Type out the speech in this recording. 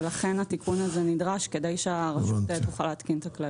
ולכן התיקון הזה נדרש כדי שהרשות תוכל להתקין את הכללים.